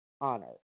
honor